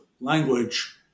language